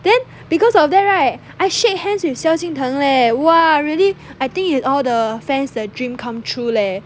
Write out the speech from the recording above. then because of that right I shake hands with 萧敬腾 leh !wah! really I think it's all the fans the dream come true leh